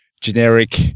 generic